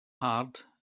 hard